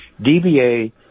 DBA